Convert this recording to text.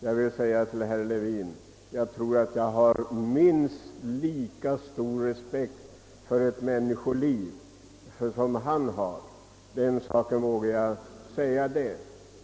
Jag vågar säga att jag har minst lika stor respekt för ett människoliv som herr Levin.